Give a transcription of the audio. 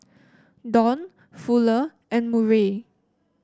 Don Fuller and Murray